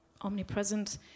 omnipresent